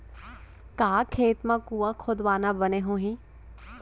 का खेत मा कुंआ खोदवाना बने होही?